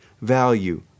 value